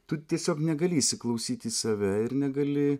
tu tiesiog negali įsiklausyti į save ir negali